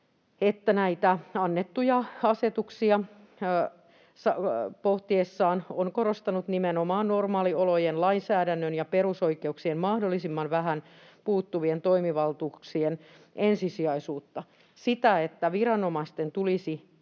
2020, näitä annettuja asetuksia pohtiessaan korostanut nimenomaan normaaliolojen lainsäädännön ja perusoikeuksiin mahdollisimman vähän puuttuvien toimivaltuuksien ensisijaisuutta, sitä, että viranomaisten tulisi